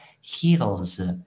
heals